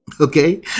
Okay